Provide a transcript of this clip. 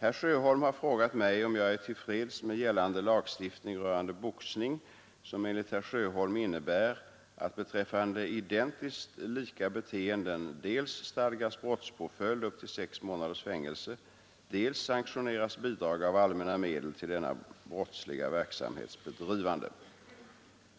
Herr Sjöholm har frågat mig om jag är till freds med gällande lagstiftning rörande boxning, som enligt herr Sjöholm innebär att beträffande identiskt lika beteenden dels stadgas brottspåföljd upp till sex månaders fängelse, dels sanktioneras bidrag av allmänna medel till denna ”brottsliga” verksamhets bedrivande.